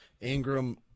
Ingram